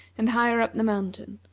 and higher up the mountain,